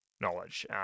knowledge